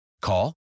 Call